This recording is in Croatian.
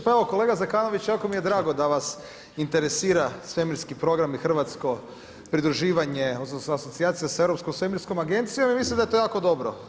Pa evo kolega Zekanović jako mi je drago da vas interesira svemirski program i hrvatsko pridruživanje, odnosno asocijacija sa Europskom svemirskom agencijom i mislim da je to jako dobro.